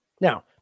Now